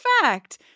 fact